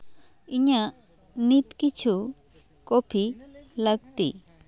ᱤᱧᱟᱹᱜ ᱱᱤᱛ ᱠᱤᱪᱷᱩ ᱠᱚᱯᱷᱤ ᱞᱟᱹᱠᱛᱤ